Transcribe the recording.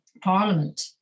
parliament